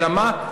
אלא מה?